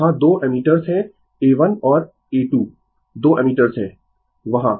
वहां 2 एमीटर्स है A 1 और A 2 दो एमीटर्स है वहां